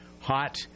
hot